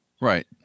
Right